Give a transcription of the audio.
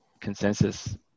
Consensus